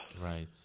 Right